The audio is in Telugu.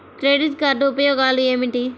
క్రెడిట్ కార్డ్ ఉపయోగాలు ఏమిటి?